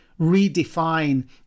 redefine